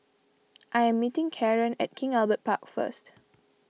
I am meeting Karon at King Albert Park first